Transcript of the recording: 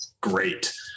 Great